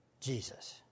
Jesus